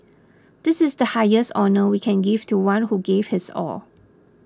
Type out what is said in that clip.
this is the highest honour we can give to one who gave his all